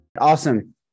Awesome